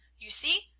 you see!